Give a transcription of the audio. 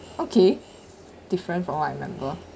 okay different from what I remember